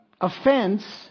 Offense